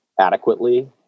adequately